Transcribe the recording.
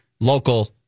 local